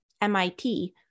MIT